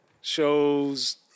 shows